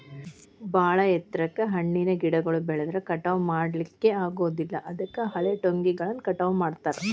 ಬಾಳ ಎತ್ತರಕ್ಕ್ ಹಣ್ಣಿನ ಗಿಡಗಳು ಬೆಳದ್ರ ಕಟಾವಾ ಮಾಡ್ಲಿಕ್ಕೆ ಆಗೋದಿಲ್ಲ ಅದಕ್ಕ ಹಳೆಟೊಂಗಿಗಳನ್ನ ಕಟಾವ್ ಮಾಡ್ತಾರ